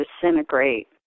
disintegrate